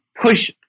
push